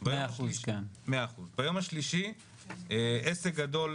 כן, משלמת 100%. ביום השלישי עסק גדול